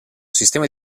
sistema